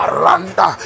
Aranda